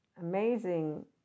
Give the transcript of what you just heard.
amazing